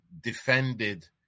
defended